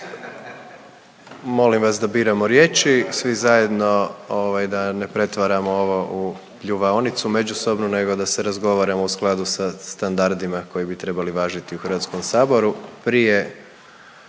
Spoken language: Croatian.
Molim vas da biramo riječi svi zajedno ovaj da ne pretvaramo ovo u pljuvaonicu međusobno nego da se razgovaramo u skladu sa standardima koji bi trebali važiti u Hrvatskom saboru.